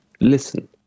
Listen